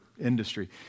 industry